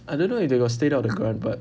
I don't know if they got state out the grant but